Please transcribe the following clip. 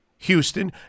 Houston